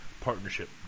partnership